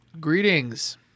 Greetings